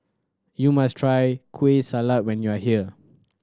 you must try Kueh Salat when you are here